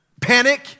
panic